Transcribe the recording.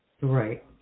Right